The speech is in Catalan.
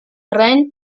terreny